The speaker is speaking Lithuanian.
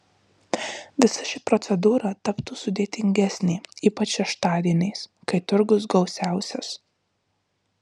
visa ši procedūra taptų sudėtingesnė ypač šeštadieniais kai turgus gausiausias